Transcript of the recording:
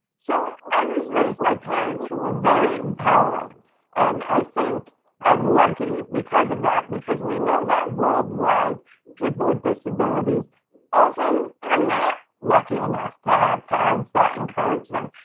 so i was raised by parents who were very empowering and i think i'm lucky because of that. because we know that world wide people with disabilities often are not lucky enough to have parents that encourage them,